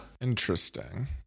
Interesting